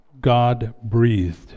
God-breathed